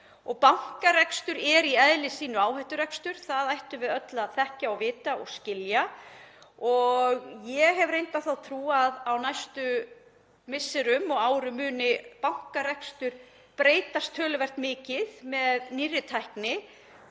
Bankarekstur er í eðli sínu áhætturekstur, það ættum við öll að þekkja og vita og skilja. Ég hef reyndar þá trú að á næstu misserum og árum muni bankarekstur breytast töluvert mikið með nýrri tækni